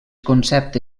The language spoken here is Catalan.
concepte